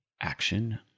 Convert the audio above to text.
Action